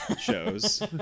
shows